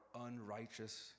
unrighteous